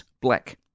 black